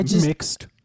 mixed